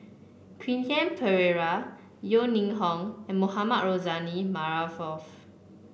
Quentin Pereira Yeo Ning Hong and Mohamed Rozani Maarof